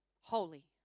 holy